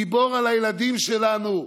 גיבור על הילדים שלנו.